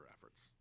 efforts